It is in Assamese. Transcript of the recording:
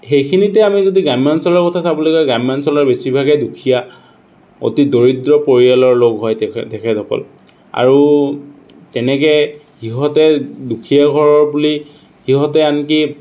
সেইখিনিতে আমি যদি গ্ৰাম্যাঞ্চলৰ কথা চাবলৈ গয় গ্ৰাম্যাঞ্চলৰ বেছিভাগেই দুখীয়া অতি দৰিদ্ৰ পৰিয়ালৰ লোক হয় তেখেতসকল আৰু তেনেকৈ সিহঁতে দুখীয়া ঘৰৰ বুলি সিহঁতে আনকি